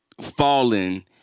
falling